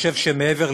נוכח מיקי